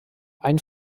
ein